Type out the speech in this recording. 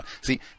see